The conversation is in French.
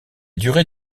durée